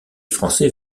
français